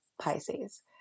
Pisces